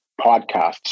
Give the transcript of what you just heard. podcasts